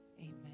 amen